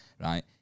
right